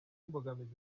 imbogamizi